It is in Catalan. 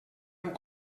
han